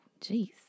Jeez